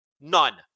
None